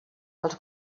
els